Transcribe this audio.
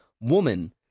woman